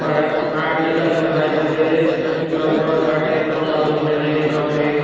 पर हा अॼु कल्ह हर जग॒हि ते लगि॒भगि॒ हर टाइप जो खाधो मिली वेंदो आहे